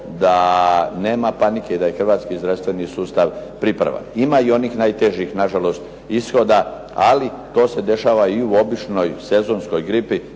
da nema panike i da je Hrvatski zdravstveni sustav pripravan. Ima i onih najtežih nažalost ishoda, ali to se dešava i u običnoj sezonskoj gripi.